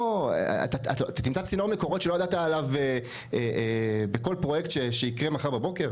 אתה תמצא צינור מקורות שלא ידעת עליו בכל פרויקט שיקרה מחר בבוקר?